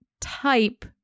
type